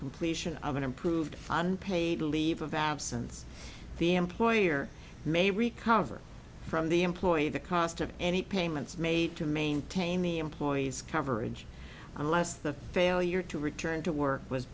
completion of an improved unpaid leave of absence the employer may recover from the employee the cost of any payment made to maintain the employee's coverage unless the failure to return to work was